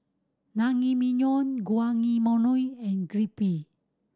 Naengmyeon Guacamole and Crepe